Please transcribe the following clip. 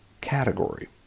category